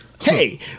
hey